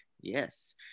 yes